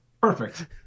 perfect